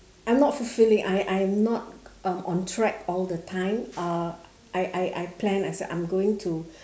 I'm not fulfilling I I'm not um on track all the time uh I I I plan as I'm going to